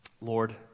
Lord